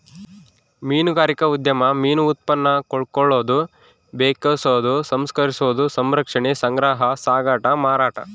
ಮೀನುಗಾರಿಕಾ ಉದ್ಯಮ ಮೀನು ಉತ್ಪನ್ನ ಕೊಳ್ಳೋದು ಬೆಕೆಸೋದು ಸಂಸ್ಕರಿಸೋದು ಸಂರಕ್ಷಣೆ ಸಂಗ್ರಹ ಸಾಗಾಟ ಮಾರಾಟ